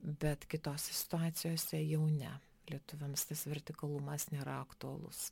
bet kitose situacijose jau ne lietuviams tas vertikalumas nėra aktualus